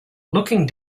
looking